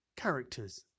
Characters